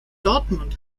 dortmund